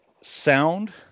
sound